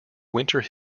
winter